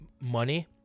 money